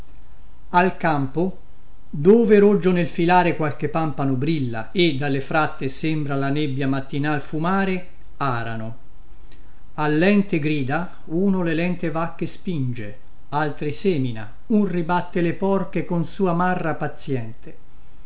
al campo dove roggio nel filare qualche pampano brilla e dalle fratte sembra la nebbia mattinal fumare arano a lente grida uno le lente vacche spinge altri semina un ribatte le porche con sua marra pazïente